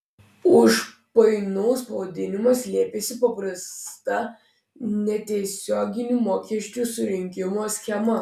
už painaus pavadinimo slepiasi paprasta netiesioginių mokesčių surinkimo schema